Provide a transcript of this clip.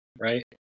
right